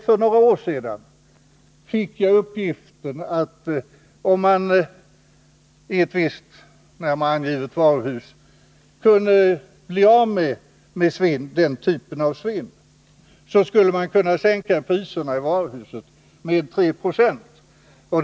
För några år sedan inhämtade jag uppgiften att om man i ett visst varuhus kunde bli av med denh typen av svinn, så skulle man kunna sänka priserna i det varuhuset med 3 96.